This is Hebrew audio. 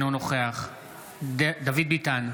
נוכח דוד ביטן,